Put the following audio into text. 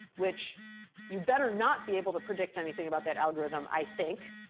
which you better not be able to predict anything about that algorithm, i think,